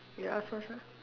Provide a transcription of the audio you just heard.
you ask first ah